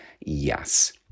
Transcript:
Yes